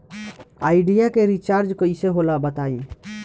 Idea के recharge कइसे होला बताई?